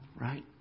right